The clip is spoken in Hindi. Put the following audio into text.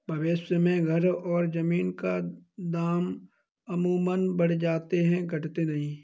भविष्य में घर और जमीन के दाम अमूमन बढ़ जाते हैं घटते नहीं